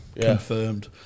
confirmed